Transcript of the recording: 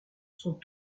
sont